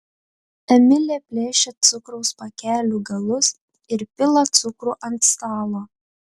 emilė plėšia cukraus pakelių galus ir pila cukrų ant stalo